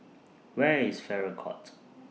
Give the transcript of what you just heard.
Where IS Farrer Court